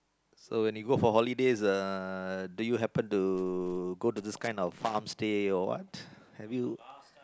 so when you go for holidays uh do you happen to go to this kind of farm stay or what have you